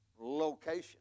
location